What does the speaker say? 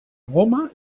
goma